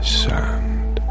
sand